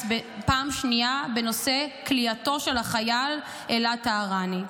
בפעם השנייה בנושא כליאתו של החייל אלעד טהרני.